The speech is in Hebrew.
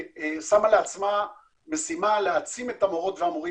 ששמה לעצמה משימה להעצים את המורות והמורים